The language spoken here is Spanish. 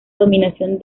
dominación